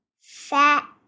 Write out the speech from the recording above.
fat